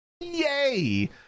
Yay